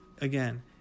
Again